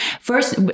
first